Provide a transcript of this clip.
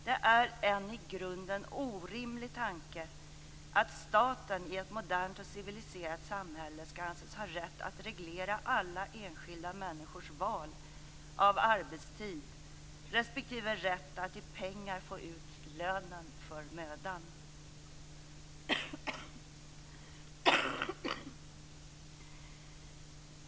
Det är en i grunden orimlig tanke att staten i ett modernt och civiliserat samhälle skall anses ha rätt att reglera alla enskilda människors val av arbetstid respektive rätt att i pengar få ut lönen för mödan.